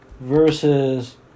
versus